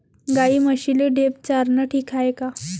गाई म्हशीले ढेप चारनं ठीक हाये का?